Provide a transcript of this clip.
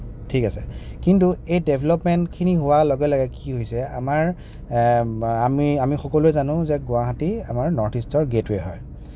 ঠিক আছে কিন্তু এই ডেভেলপমেণ্টখিনি হোৱাৰ লগে লগে কি হৈছে আমাৰ আমি আমি সকলোৱে জানোঁ যে গুৱাহাটী আমাৰ নৰ্থ ইষ্টৰ গেটৱে হয়